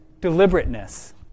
Deliberateness